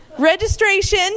Registration